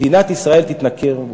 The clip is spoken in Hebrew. מדינת ישראל תתנכר לו,